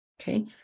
okay